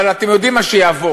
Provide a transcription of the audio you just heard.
אבל אתם יודעים מה שיעבור,